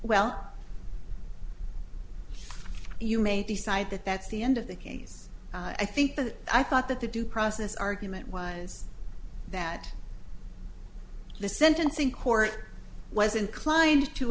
well you may decide that that's the end of the case i think that i thought that the due process argument was that the sentencing court was inclined to